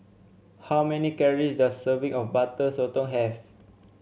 how many calories does a serving of Butter Sotong have